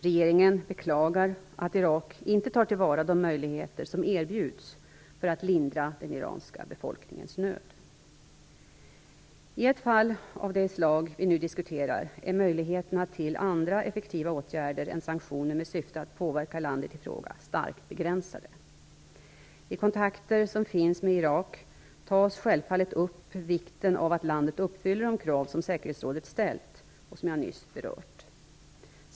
Regeringen beklagar att Irak inte tar tillvara de möjligheter som erbjuds för att lindra den irakiska befolkningens nöd. I ett fall av det slag som vi nu diskuterar är möjligheterna till andra effektiva åtgärder än sanktioner med syfte att påverka landet ifråga starkt begränsade. I kontakter som finns med Irak tas självfallet upp vikten av att landet uppfyller de krav som säkerhetsrådet ställt och som jag nyss berört.